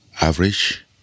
average